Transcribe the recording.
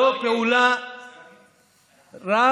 זאת פעולה רב-משרדית.